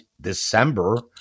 December